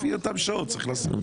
לפי אותן שעות צריך לעשות.